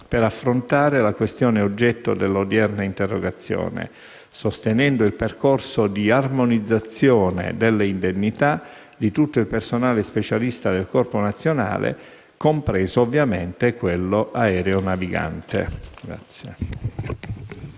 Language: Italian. per affrontare la questione oggetto dell'odierna interrogazione, sostenendo il percorso di armonizzazione delle indennità di tutto il personale specialista del Corpo nazionale, compreso ovviamente quello aeronavigante.